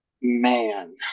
Man